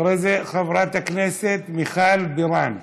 אחריה, חברת הכנסת מיכל בירן.